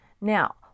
Now